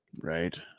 Right